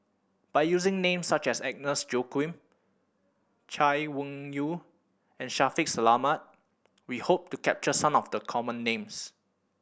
by using names such as Agnes Joaquim Chay Weng Yew and Shaffiq Selamat we hope to capture some of the common names